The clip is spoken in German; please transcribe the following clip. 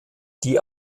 die